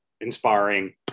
Inspiring